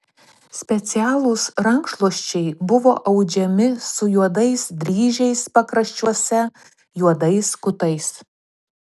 specialūs rankšluosčiai buvo audžiami su juodais dryžiais pakraščiuose juodais kutais